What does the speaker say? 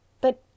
But